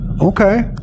okay